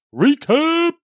Recap